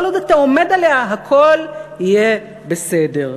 כל עוד אתה עומד עליה, הכול יהיה בסדר.